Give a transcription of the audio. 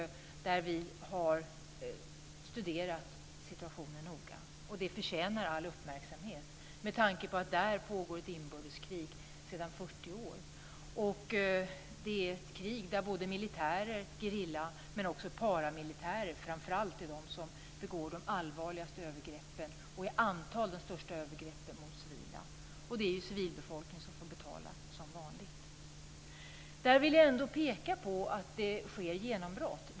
Vi har studerat situationen noga. Landet förtjänar all uppmärksamhet, med tanke på att det pågår ett inbördeskrig sedan 40 år. Det är ett krig där framför allt militärer, gerillan och också paramilitärer begår de allvarligaste övergreppen och det största antalet övergrepp mot civila, och det är som vanligt civilbefolkningen som får betala. Jag vill ändå peka på att det sker genombrott.